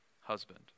husband